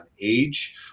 age